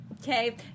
okay